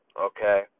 okay